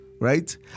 right